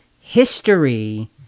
history